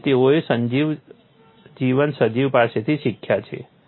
તે જ તેઓ જીવંત સજીવ પાસેથી શીખ્યા છે